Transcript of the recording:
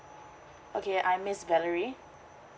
okay I'm miss valerie